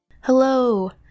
Hello